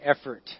effort